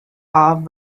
half